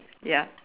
ya